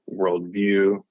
worldview